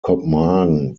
kopenhagen